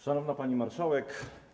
Szanowna Pani Marszałek!